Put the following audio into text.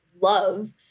love